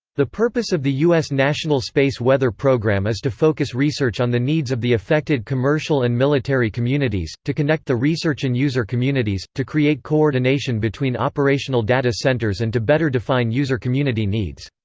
the purpose of the us national space weather program is to focus research on the needs of the affected commercial and military communities, to connect the research and user communities, to create coordination between operational data centers and to better define user community needs.